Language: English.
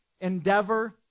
endeavor